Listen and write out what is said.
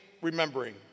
remembering